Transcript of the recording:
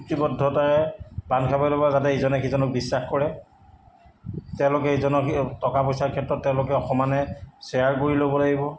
চুক্তিবদ্ধতাই বান্ধ খাব লাগিব যাতে ইজনে সিজনক বিশ্বাস কৰে তেওঁলোকে ইজনৰ টকা পইচাৰ ক্ষেত্ৰত তেওঁলোকে সমানে শ্বেয়াৰ কৰি ল'ব লাগিব